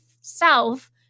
self